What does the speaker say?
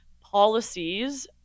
policies